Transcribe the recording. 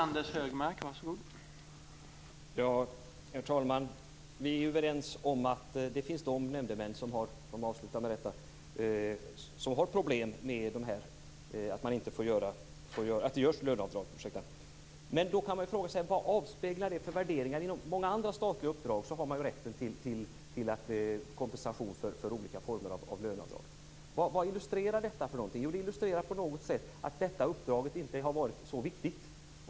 Herr talman! Vi är överens om att det finns nämndemän som har problem med att det görs löneavdrag. Då kan man fråga sig: Vad avspeglar det för värderingar? I många andra statliga uppdrag har man rätt till kompensation för olika former av löneavdrag. Vad illustrerar detta? Jo, det illustrerar på något sätt att detta uppdrag inte har varit så viktigt.